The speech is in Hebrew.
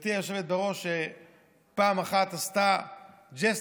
גברתי היושבת בראש פעם אחת עשתה ג'סטה